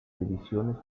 divisiones